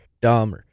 dumb